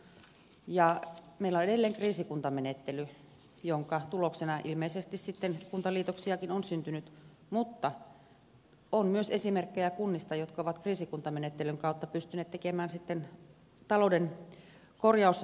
meillä on edelleen kriisikuntamenettely jonka tuloksena ilmeisesti kuntaliitoksiakin on syntynyt mutta on myös esimerkkejä kunnista jotka ovat kriisikuntamenettelyn kautta pystyneet tekemään talouden korjausliikkeen